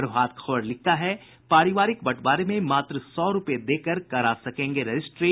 प्रभात खबर लिखता है पारिवारिक बंटवारे में मात्र सौ रूपये देकर करा सकेंगे रजिस्ट्री